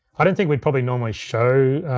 i don't think we'd probably normally show